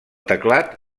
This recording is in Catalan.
teclat